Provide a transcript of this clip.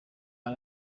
ari